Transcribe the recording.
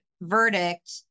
verdict